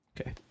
Okay